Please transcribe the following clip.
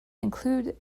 include